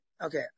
okay